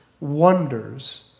wonders